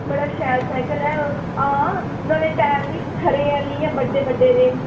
बड़ा शैल साइकल ऐ हां नुआढ़े टैर बी खरे आने इ'यां बड्डे बड्डे